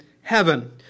heaven